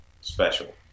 special